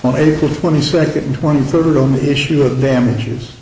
on april twenty second twenty third on the issue of damages